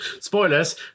Spoilers